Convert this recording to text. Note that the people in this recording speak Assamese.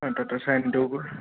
আৰু তাতে চাইনটোও